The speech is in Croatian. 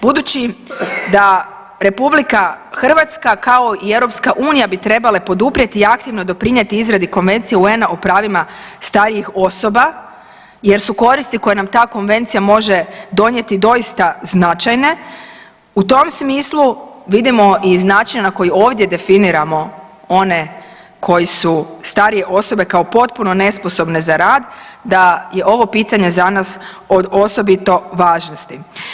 Budući da Republika Hrvatska, kao i Europska unija bi trebale poduprijeti i aktivno doprinijeti izradi Konvencije UN-a o pravima starijih osoba, jer su koristi koje nam ta Konvencija može donijeti doista značajne u tom smislu vidimo i značaj na koji ovdje definiramo one koji su starije osobe, kao potpuno nesposobne za rad da je ovo pitanje za nas od osobite važnosti.